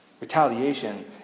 Retaliation